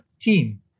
team